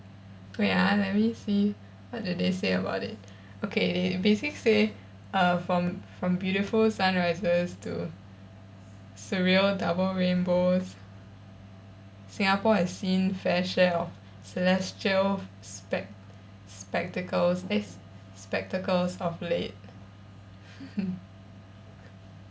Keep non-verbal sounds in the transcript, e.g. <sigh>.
wait ah let me see what do they say about it okay basic say uh from from beautiful sunrises to surreal double rainbows singapore has seen fair share of celestial spec~ spectacles eh spectacles of late <laughs>